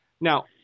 Now